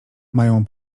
mają